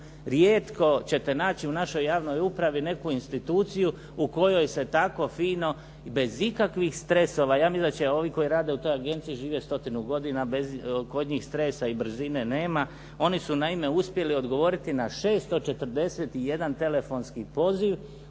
Rijetko ćete naći u našoj javnoj upravi neku instituciju u kojoj se tako fino i bez ikakvih stresova. Ja mislim da će ovi koji rade u toj agenciji živjeti stotinu godina, kod njih stresa i brzine nema. Oni su naime uspjeli ogovoriti na 641 telefonski poziv